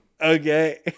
okay